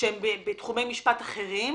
שהם בתחומי משפט אחרים